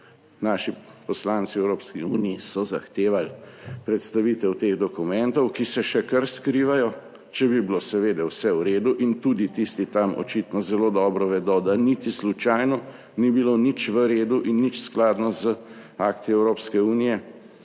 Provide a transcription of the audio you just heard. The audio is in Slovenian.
naši poslanci v Evropski uniji so zahtevali predstavitev teh dokumentov, ki se še kar skrivajo, če bi bilo seveda vse v redu in tudi tisti tam očitno zelo dobro vedo, da niti slučajno ni bilo nič v redu in nič skladno z akti Evropske unije.